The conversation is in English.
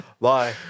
Bye